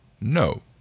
No